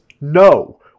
no